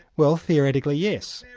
well theoretically, yes.